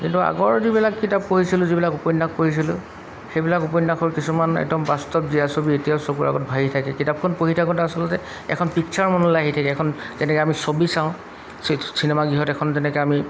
কিন্তু আগৰ যিবিলাক কিতাপ পঢ়িছিলোঁ যিবিলাক উপন্যাস পঢ়িছিলোঁ সেইবিলাক উপন্যাসৰ কিছুমান একদম বাস্তৱ জীয়া ছবি এতিয়াও চকুৰ আগত ভাহি থাকে কিতাপখন পঢ়ি থাকোঁতে আচলতে এখন পিক্সাৰ মনলৈ আহি থাকে এখন যেনেকৈ আমি ছবি চাওঁ চিনেমা গৃহত এখন যেনেকৈ আমি